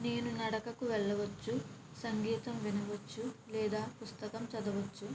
నేను నడకకి వెళ్ళవచ్చు సంగీతం వినవచ్చు లేదా పుస్తకం చదవచ్చు